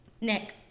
nick